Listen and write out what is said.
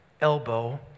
elbow